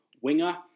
winger